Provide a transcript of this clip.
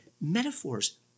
metaphors